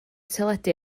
teledu